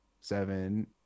seven